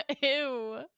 Ew